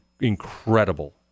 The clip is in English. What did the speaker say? incredible